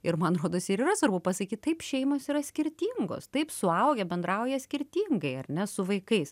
ir man rodos ir yra svarbu pasakyt taip šeimos yra skirtingos taip suaugę bendrauja skirtingai ar ne su vaikais